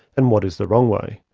and what is the wrong way?